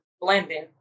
blending